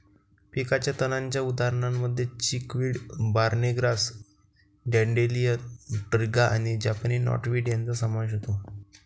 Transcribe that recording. पिकाच्या तणांच्या उदाहरणांमध्ये chickweed, barnyard grass, dandelion, striga आणि जपानी नॉटवीड यांचा समावेश होतो